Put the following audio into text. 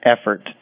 effort